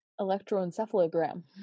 electroencephalogram